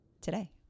today